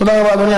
תודה רבה, אדוני.